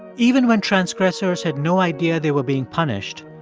even when transgressors had no idea they were being punished,